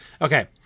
Okay